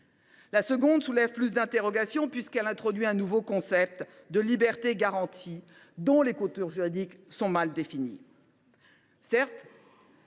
La seconde soulève plus d’interrogations, puisqu’elle introduit un nouveau concept de « liberté garantie », dont les contours juridiques sont mal définis.